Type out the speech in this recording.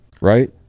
right